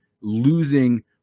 losing